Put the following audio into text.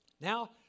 now